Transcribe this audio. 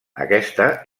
aquesta